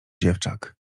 dziewczak